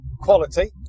quality